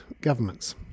governments